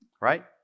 right